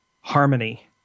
harmony